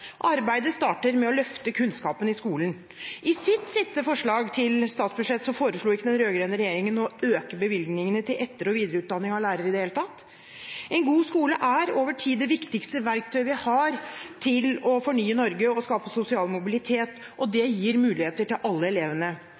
Arbeidet starter med å løfte kunnskapen i skolen. I sitt siste forslag til statsbudsjett foreslo den rød-grønne regjeringen ikke i det hele tatt å øke bevilgningene til etter- og videreutdanning av lærere. En god skole er over tid det viktigste verktøyet vi har til å fornye Norge og skape sosial mobilitet. Det gir alle elevene muligheter.